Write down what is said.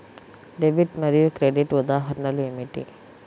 Debit మరియు credit ఉదాహరణలు ఏమిటీ?